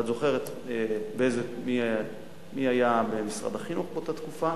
ואת זוכרת מי היה במשרד החינוך באותה תקופה,